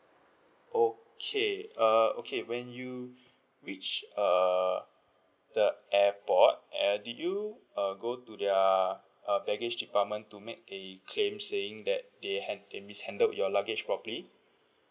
okay err okay when you reached err the airport err did you err go to their uh baggage department to make a claim saying that they hand~ they mishandled your luggage properly